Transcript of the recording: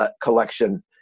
collection